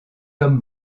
comme